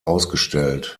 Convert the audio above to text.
ausgestellt